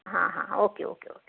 ಹಾಂ ಹಾಂ okay okay okay